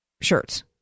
shirts